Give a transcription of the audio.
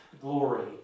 glory